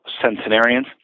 centenarians